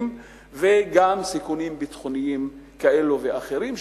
וגם מבחינת סיכונים ביטחוניים כאלה ואחרים,